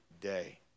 day